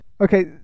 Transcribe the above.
Okay